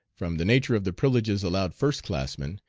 from the nature of the privileges allowed first-classmen,